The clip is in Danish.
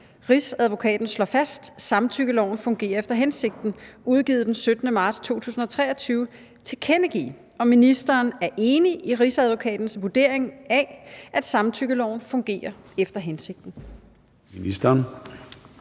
»Rigsadvokaten slår fast: Samtykkeloven fungerer efter hensigten« udgivet den 17. marts 2023 tilkendegive, om ministeren er enig i Rigsadvokatens vurdering af, at samtykkeloven fungerer efter hensigten? Formanden